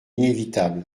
inévitable